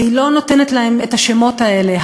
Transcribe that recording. והיא לא נותנת להן את השמות האלה,